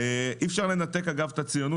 אי אפשר לנתק את הציונות.